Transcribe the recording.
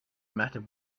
matter